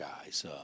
guys